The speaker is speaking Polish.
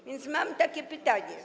A więc mam takie pytanie.